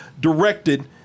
directed